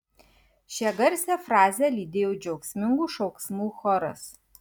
šią garsią frazę lydėjo džiaugsmingų šauksmų choras